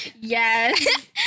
Yes